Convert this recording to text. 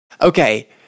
Okay